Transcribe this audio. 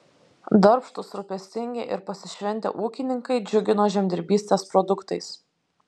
darbštūs rūpestingi ir pasišventę ūkininkai džiugino žemdirbystės produktais